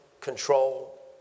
control